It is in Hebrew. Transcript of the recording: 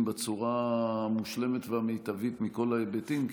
בצורה המושלמת והמיטבית מכל ההיבטים,